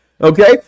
Okay